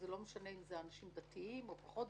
וזה לא משנה אם זה אנשים דתיים או לא דתיים.